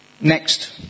Next